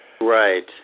Right